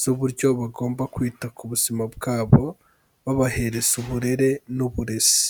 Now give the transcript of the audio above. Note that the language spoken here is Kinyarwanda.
z'uburyo bagomba kwita ku buzima bwabo, babahereza uburere n'uburezi.